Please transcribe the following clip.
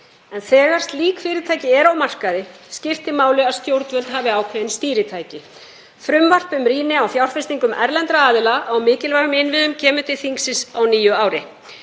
en þegar slík fyrirtæki eru á markaði skiptir máli að stjórnvöld hafi ákveðin stýritæki. Frumvarp um rýni á fjárfestingum erlendra aðila á mikilvægum innviðum kemur til þingsins á nýju ári.